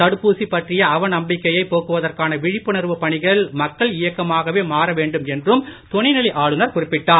தடுப்பூசி பற்றிய அவநம்பிக்கையை போக்குவதற்கான விழிப்புணர்வு பணிகள் மக்கள் இயக்கமாகவே மாற வேண்டும் என்றும் துணைநிலை ஆளுநர் குறிப்பிட்டார்